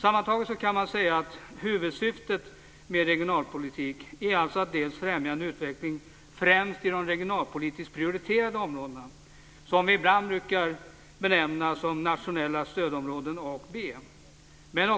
Sammantaget kan man säga att huvudsyftet med regionalpolitiken är att främja en utveckling främst i de regionalpolitiskt prioriterade områdena som vi ibland brukar benämna som nationella stödområden A och B